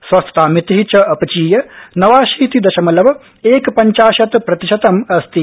स्वस्थतामिति च अपचीय नवाशीति दशमलव एकपंचाशत् प्रतिशतम् अस्ति